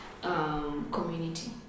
community